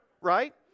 right